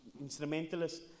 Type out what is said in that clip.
instrumentalist